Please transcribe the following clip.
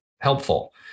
helpful